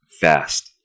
fast